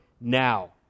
now